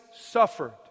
suffered